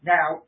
Now